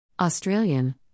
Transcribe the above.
Australian